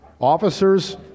officers